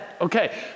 Okay